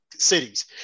cities